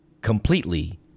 completely